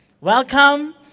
Welcome